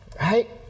right